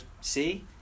see